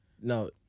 No